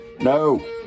no